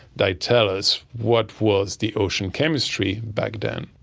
they tell us what was the ocean chemistry back then.